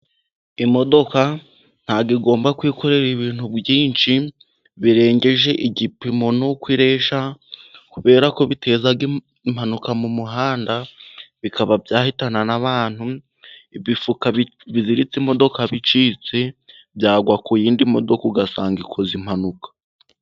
Imodoka ntabwo igomba kwikorera ibintu byinshi birengeje igipimo n'uko ireshya, kubera ko biteza impanuka mu muhanda bikaba byahitana n'abantu, ibifuka biziritse imodoka bicitse byagwa ku yindi modoka, ugasanga ikoze impanuka.